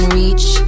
reach